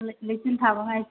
ꯂꯩꯆꯤꯜ ꯊꯥꯕ ꯉꯥꯏꯁꯤ